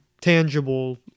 tangible